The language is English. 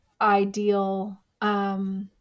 ideal